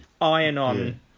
iron-on